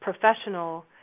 professional